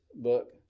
book